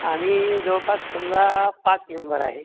आम्ही जवळपास समजा पाच मेंबर आहे